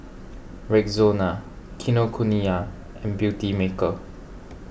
Rexona Kinokuniya and Beautymaker